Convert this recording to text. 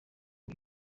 ubu